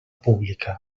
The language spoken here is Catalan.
pública